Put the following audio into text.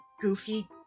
goofy